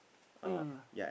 oh ya ya